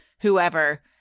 whoever